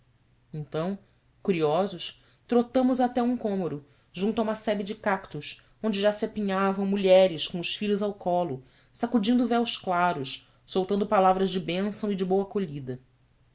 então curiosos trotamos até um cômoro junto a uma sebe de cactos onde já se apinhavam mulheres com os filhos ao colo sacudindo véus claros soltando palavras de bênção e de boa acolhida